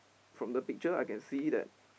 from the picture I can see that